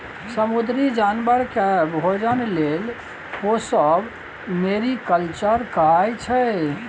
समुद्री जानबर केँ भोजन लेल पोसब मेरीकल्चर कहाइ छै